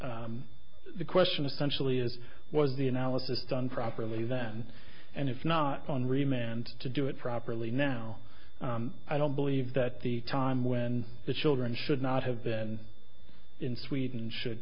the question essentially is was the analysis done properly then and if not on remand to do it properly now i don't believe that the time when the children should not have been in sweden should